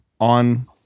on